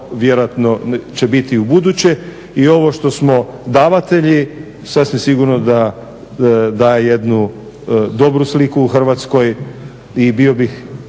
vjerojatno će biti i u buduće. I ovo što smo davatelji sasvim sigurno da daje jednu dobru sliku u Hrvatskoj i bio bih